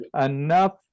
enough